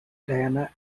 diana